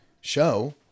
show